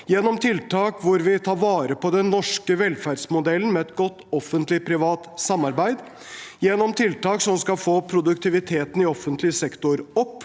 gjennom tiltak hvor vi tar vare på den norske velferdsmodellen med et godt offentligprivat samarbeid – gjennom tiltak som skal få opp produktiviteten i offentlig sektor –